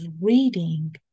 reading